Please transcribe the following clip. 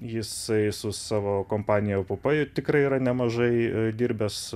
jisai su savo kompanija pupa tikrai yra nemažai dirbęs